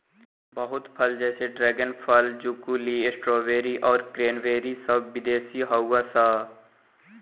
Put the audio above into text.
बहुत फल जैसे ड्रेगन फल, ज़ुकूनी, स्ट्रॉबेरी आउर क्रेन्बेरी सब विदेशी हाउअन सा